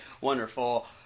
wonderful